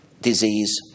disease